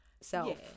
self